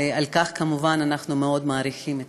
על כך כמובן אנחנו מאוד מעריכים אתכם.